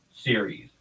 series